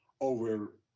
over